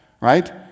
right